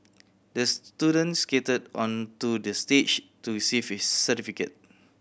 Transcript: the student skated onto the stage to receive his certificate